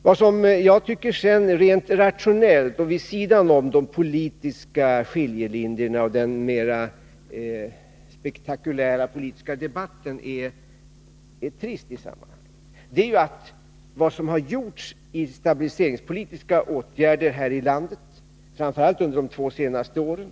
Vad jag sedan rent rationellt och vid sidan om de politiska skiljelinjerna och den mera spektakulära politiska debatten tycker är trist i sammanhanget är att vad som framför allt under de senaste två åren har gjorts här i landet i fråga om stabiliseringspolitiska åtgärder nu är tillspillogivet.